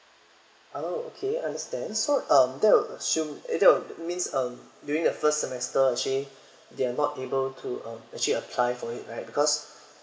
oh okay understand so um that would assume that would means um during the first semester actually they are not able to um actually apply for it right because